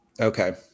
Okay